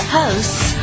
hosts